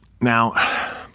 Now